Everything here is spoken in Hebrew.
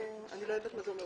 אני לא יודעת מה זה אומר,